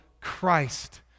Christ